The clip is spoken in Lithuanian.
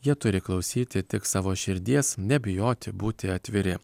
jie turi klausyti tik savo širdies nebijoti būti atviri